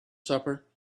supper